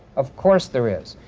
of course, there is.